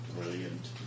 Brilliant